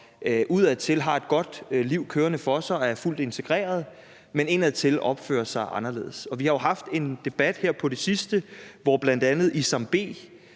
udadtil har et godt liv kørende for sig og er fuldt integreret, men indadtil opfører sig anderledes. Vi har jo haft en debat her på det sidste, hvor bl.a. Isam